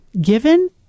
given